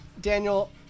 Daniel